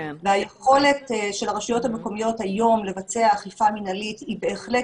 והיכולת של הרשויות המקומיות היום לבצע אכיפה מנהלית היא בהחלט